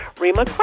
Rima